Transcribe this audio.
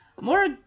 More